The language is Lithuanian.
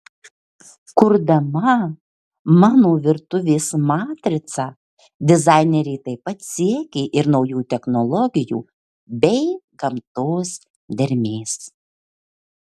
kurdama mano virtuvės matricą dizainerė taip pat siekė ir naujų technologijų bei gamtos dermės